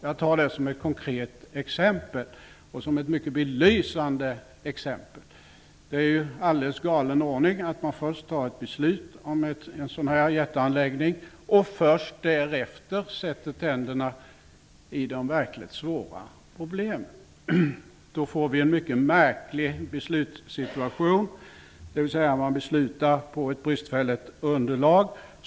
Jag tar detta som ett konkret och mycket belysande exempel. Det är en alldeles galen ordning att man först fattar ett beslut om en sådan jätteanläggning och först därefter sätter tänderna i de verkligt svåra problemen. Då får vi en mycket märklig beslutssituation, dvs. att man beslutar på ett bristfälligt underlag.